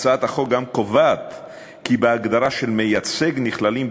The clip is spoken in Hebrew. הצעת החוק קובעת כי בהגדרה "מייצג" נכללים,